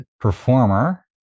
performer